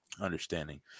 understanding